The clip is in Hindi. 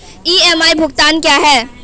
ई.एम.आई भुगतान क्या है?